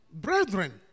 Brethren